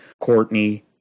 Courtney